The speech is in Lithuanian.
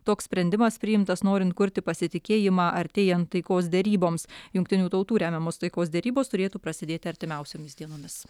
toks sprendimas priimtas norint kurti pasitikėjimą artėjant taikos deryboms jungtinių tautų remiamos taikos derybos turėtų prasidėti artimiausiomis dienomis